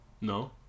No